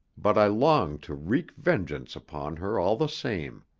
but i longed to wreak vengeance upon her all the same.